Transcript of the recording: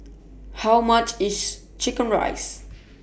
How much IS Chicken Rice